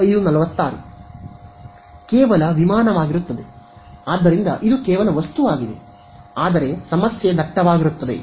ಕೇವಲ ವಿಮಾನವಾಗಿರುತ್ತದೆ ಆದ್ದರಿಂದ ಇದು ಕೇವಲ ವಸ್ತುವಾಗಿದೆ ಆದರೆ ಸಮಸ್ಯೆ ದಟ್ಟವಾಗಿರುತ್ತದೆ